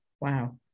Wow